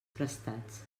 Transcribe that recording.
prestats